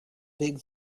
big